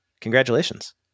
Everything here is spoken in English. Congratulations